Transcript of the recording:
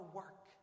work